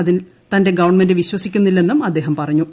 അതിൽ തന്റെ ഗവൺമെന്റ് വിശ്വസിക്കുന്നില്ലെന്നും അദ്ദേഹം പറഞ്ഞു